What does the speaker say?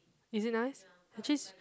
is it nice actually